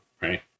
right